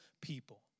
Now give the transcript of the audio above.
people